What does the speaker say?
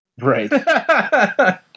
Right